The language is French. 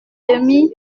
demie